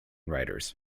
writers